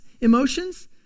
emotions